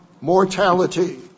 mortality